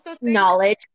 knowledge